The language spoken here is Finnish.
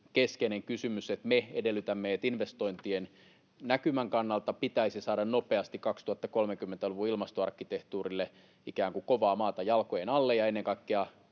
keskeinen kysymys oli, että me edellytämme, että investointien näkymän kannalta pitäisi saada nopeasti 2030-luvun ilmastoarkkitehtuurille ikään kuin kovaa maata jalkojen alle, ja Suomi kannattaa